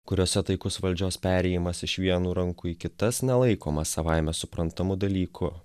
kuriose taikus valdžios perėjimas iš vienų rankų į kitas nelaikomas savaime suprantamu dalyku